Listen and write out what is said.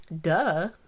Duh